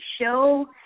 show